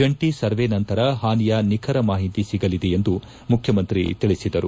ಜಂಟಿ ಸರ್ವೆ ನಂತರ ಹಾನಿಯ ನಿಖರ ಮಾಹಿತಿ ಸಿಗಲಿದೆ ಎಂದು ಮುಖ್ಯಮಂತ್ರಿ ತಿಳಿಸಿದರು